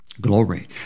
Glory